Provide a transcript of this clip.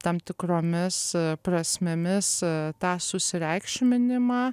tam tikromis prasmėmis tą susireikšminimą